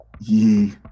ye